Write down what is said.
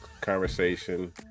conversation